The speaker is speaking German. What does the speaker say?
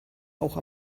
auch